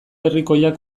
herrikoiak